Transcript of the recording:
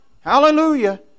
Hallelujah